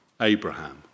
Abraham